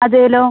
അതെല്ലോ